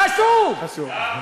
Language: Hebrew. חשוב.